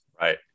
Right